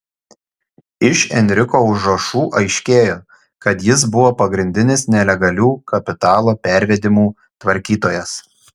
iš enriko užrašų aiškėjo kad jis buvo pagrindinis nelegalių kapitalo pervedimų tvarkytojas